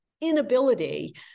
inability